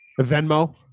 Venmo